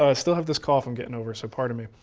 ah still have this cough i'm getting over, so pardon me.